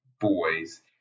boys